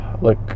look